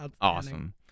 Awesome